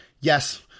Yes